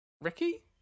Ricky